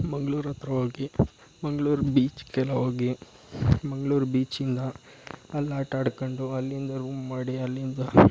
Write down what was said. ಮಂಗಳೂರತ್ರ ಹೋಗಿ ಮಂಗಳೂರು ಬೀಚ್ಗೆಲ್ಲ ಹೋಗಿ ಮಂಗಳೂರು ಬೀಚಿಂದ ಅಲ್ಲಿ ಆಟ ಆಡ್ಕೊಂಡು ಅಲ್ಲಿಂದ ರೂಮ್ ಮಾಡಿ ಅಲ್ಲಿಂದ